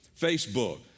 Facebook